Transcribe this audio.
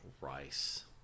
rice